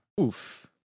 Oof